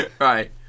Right